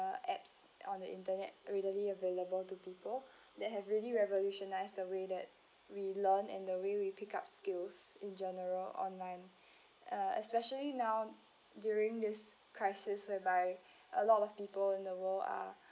the apps on the internet readily available to people that have really revolutionize the way that we learn and the way we pick up skills in general online uh especially now during this crisis whereby a lot of people in the world are